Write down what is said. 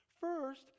First